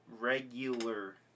regular